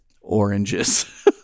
oranges